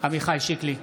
עמיחי שיקלי,